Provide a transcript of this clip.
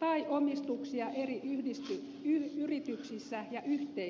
tai omistuksia eri yrityksissä ja yhteisöissä